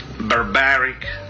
barbaric